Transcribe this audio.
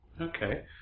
Okay